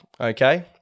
okay